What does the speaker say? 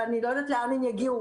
ואני לא יודעת לאן הם יגיעו.